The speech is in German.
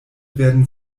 werden